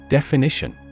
Definition